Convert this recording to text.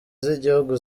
z’igihugu